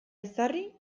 ezarri